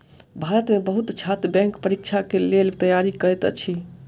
भारत में बहुत छात्र बैंक परीक्षा के लेल तैयारी करैत अछि